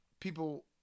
people